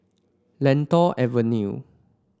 Lentor Avenue